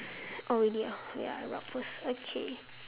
oh really ah wait I rub first okay